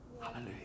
Hallelujah